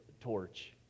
torch